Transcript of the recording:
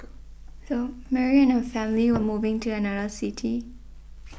though Mary and her family were moving to another city